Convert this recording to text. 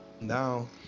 Now